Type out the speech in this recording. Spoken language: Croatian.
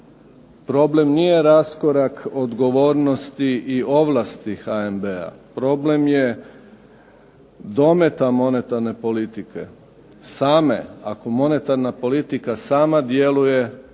problem nije raskorak odgovornosti i ovlasti HNB-a, problem je dometa monetarne politike, same. Ako monetarna politika sama djeluje